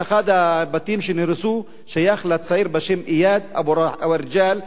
אחד הבתים שנהרסו שייך לצעיר בשם איאד אבו רג'אל משגב-שלום,